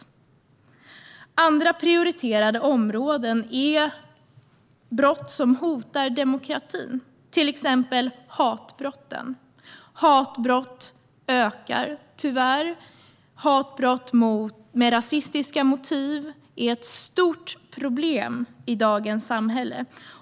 Andra prioriterade områden är brott som hotar demokratin, till exempel hatbrott. Hatbrotten ökar tyvärr. Hatbrott med rasistiska motiv är ett stort problem i dagens samhälle.